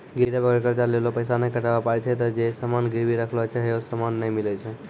गिरब अगर कर्जा लेलो पैसा नै लौटाबै पारै छै ते जे सामान गिरबी राखलो छै हौ सामन नै मिलै छै